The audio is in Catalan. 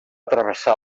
travessar